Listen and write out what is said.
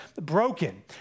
broken